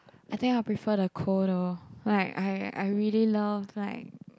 I think I'll prefer the cold though like I I really love like